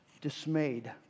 dismayed